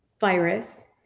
virus